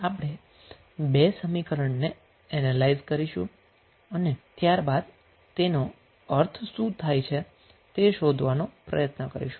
તો સૌ પ્રથમ આપણે બે સમીકરણને એનેલાઈઝ કરીશું અને ત્યાર બાદ તેનો અર્થ શું થશે તે શોધવાનો પ્રયત્ન કરીશું